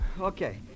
Okay